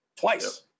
twice